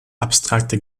abstrakte